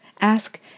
ask